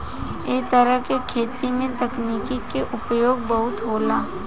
ऐ तरह के खेती में तकनीक के उपयोग बहुत होला